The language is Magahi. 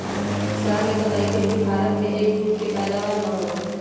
सर ने बतल खिन कि भारत में एग फ्रूट के पैदावार ना होबा हई